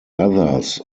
others